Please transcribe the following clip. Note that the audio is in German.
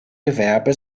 gewerbe